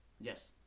Yes